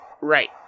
Right